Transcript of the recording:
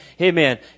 Amen